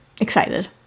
excited